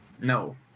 No